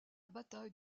bataille